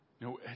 no